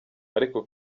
ariko